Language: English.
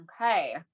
Okay